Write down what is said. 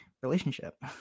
relationship